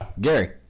Gary